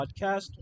podcast